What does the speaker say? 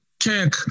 check